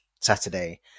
Saturday